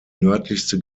nördlichste